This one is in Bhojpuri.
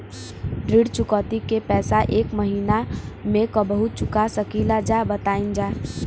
ऋण चुकौती के पैसा एक महिना मे कबहू चुका सकीला जा बताईन जा?